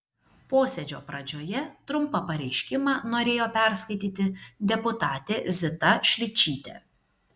posėdžio pradžioje trumpą pareiškimą norėjo perskaityti deputatė zita šličytė